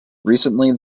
recently